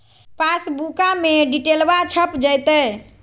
पासबुका में डिटेल्बा छप जयते?